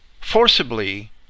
forcibly